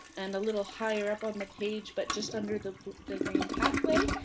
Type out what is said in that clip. and a little higher up on the page, but just under the the green pathway.